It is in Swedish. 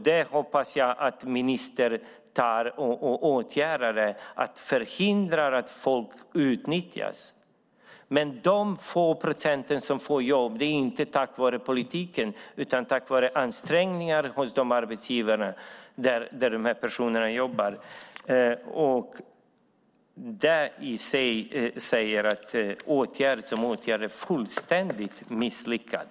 Det hoppas jag att ministern åtgärdar och förhindrar att folk utnyttjas. Men de få procent som får jobb är inte tack vare politiken utan tack vare ansträngningarna hos de arbetsgivare där de här personerna jobbar. Det i sig säger att åtgärden som åtgärd betraktad är fullständigt misslyckad.